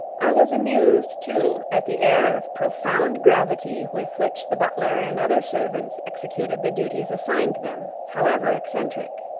i was amused, too, at the air of profound gravity with which the butler and other servants executed the duties assigned them, however eccentric.